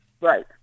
Right